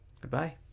goodbye